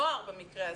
נוער במקרה הזה,